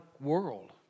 world